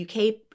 UK